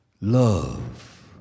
love